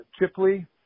chipley